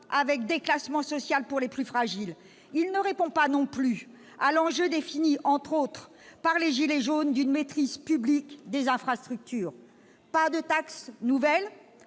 avec déclassement social pour les plus fragiles. Il ne répond pas non plus à l'enjeu défini, entre autres, par les « gilets jaunes » d'une maîtrise publique des infrastructures. Le texte ne